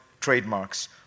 trademarks